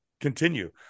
continue